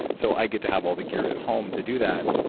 so i get to have all the gear at home to do that.